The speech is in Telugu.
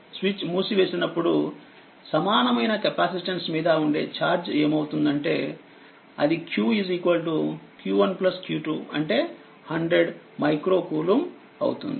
స్విచ్ మూసివేసినప్పుడు సమానమైన కెపాసిటన్స్ మీద ఉండే ఛార్జ్ ఏమవుతుందంటే అది q q1q2అంటే100మైక్రో కూలుంబ్ అవుతుంది